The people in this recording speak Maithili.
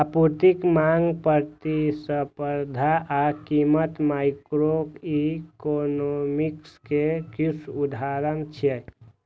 आपूर्ति, मांग, प्रतिस्पर्धा आ कीमत माइक्रोइकोनोमिक्स के किछु उदाहरण छियै